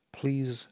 please